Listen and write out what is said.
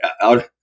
out